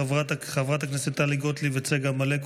חברות הכנסת טלי גוטליב וצגה מלקו,